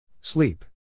Sleep